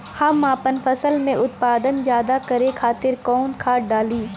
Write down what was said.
हम आपन फसल में उत्पादन ज्यदा करे खातिर कौन खाद डाली?